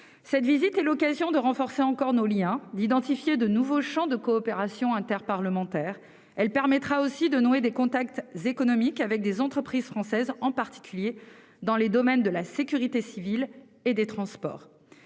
Cette visite est l'occasion de renforcer encore nos liens, d'identifier de nouveaux champs de coopération interparlementaire. Elle permettra aussi de nouer des contacts économiques avec des entreprises françaises, en particulier dans les domaines de la sécurité civile et des transports.